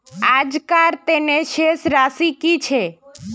आजकार तने शेष राशि कि छे?